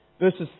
verses